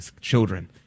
children